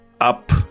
up